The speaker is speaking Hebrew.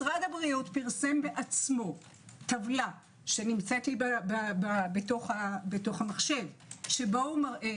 משרד הבריאות פרסם בעצמו טבלה שנמצאת לי בתוך המחשב שבה הוא מראה